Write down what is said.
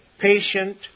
patient